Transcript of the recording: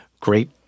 great